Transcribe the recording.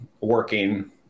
working